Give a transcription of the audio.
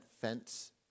fence